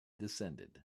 descended